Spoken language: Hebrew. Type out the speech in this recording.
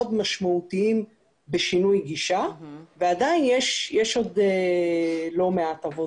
משמעותיים בשינוי גישה ועדיין יש עוד לא מעט עבודה.